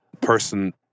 person